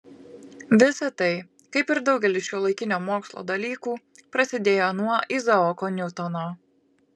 visa tai kaip ir daugelis šiuolaikinio mokslo dalykų prasidėjo nuo izaoko niutono